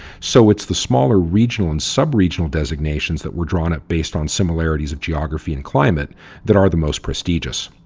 so, it's the smaller regional and subregional designations that were drawn up based on similarities of geography and climate that are the most prestigious.